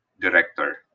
director